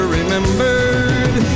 remembered